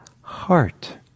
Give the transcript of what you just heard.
heart